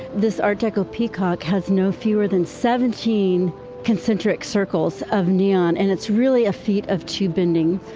this art deco peacock has no fewer than seventeen concentric circles of neon. and it's really a feat of tube bending.